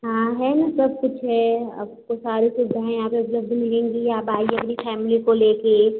हाँ है ना सब कुछ है आपको सारी सुविधाएँ यहाँ पर उपलब्ध मिलेंगी आप आइए अपनी फैमिली को लेकर